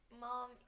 Mom